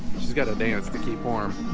she's got a dance to keep warm